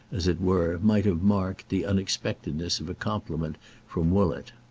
as it were, might have marked the unexpectedness of a compliment from woollett,